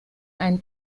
ein